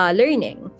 learning